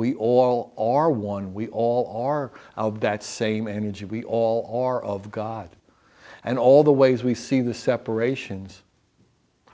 we all are one we all are of that same energy we all are of god and all the ways we see the separations